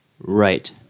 Right